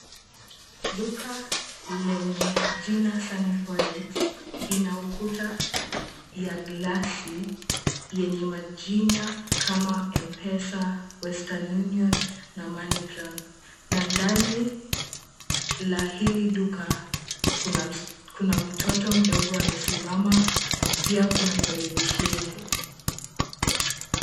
Duka lenye jina Sunny Forex ina ukuta ya glasi yenye majina kama Mpesa, Western Union na MoneyGram na ndani la hili duka kuna mtoto mdogo amesimama pia kuna televisheni.